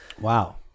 Wow